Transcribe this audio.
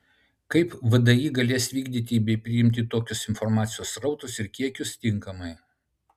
kaip vdi galės vykdyti bei priimti tokius informacijos srautus ir kiekius tinkamai